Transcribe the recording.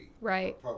right